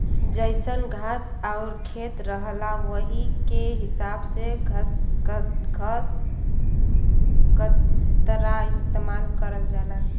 जइसन घास आउर खेत रहला वही के हिसाब से घसकतरा इस्तेमाल करल जाला